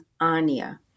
ania